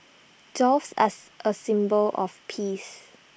doves as A symbol of peace